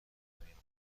نمیماند